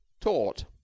taught